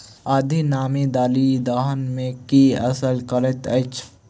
अधिक नामी दालि दलहन मे की असर करैत अछि?